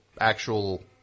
actual